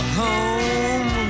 home